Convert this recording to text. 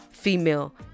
female